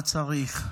מה צריך?